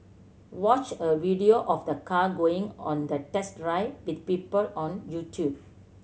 watch a video of the car going on a test drive with people on YouTube